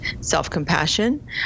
self-compassion